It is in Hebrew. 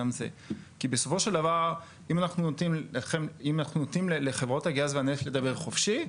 כי בסופו של דבר אם אנחנו נותנים לחברות הגז והנפט לדבר חופשי,